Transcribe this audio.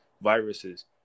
viruses